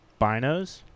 binos